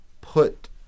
put